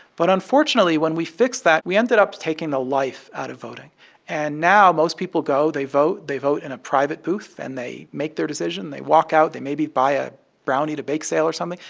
but unfortunately, when we fixed that, we ended up taking the life out of voting and now most people go they vote. they vote in a private booth, and they make their decision. they walk out. they maybe buy a brownie at a bake sale or something.